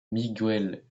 miguel